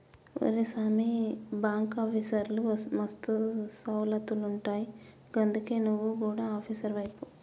ఒరే సామీ, బాంకాఫీసర్లకు మస్తు సౌలతులుంటయ్ గందుకే నువు గుడ ఆపీసరువైపో